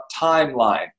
timeline